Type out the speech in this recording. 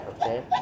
okay